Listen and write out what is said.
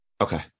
Okay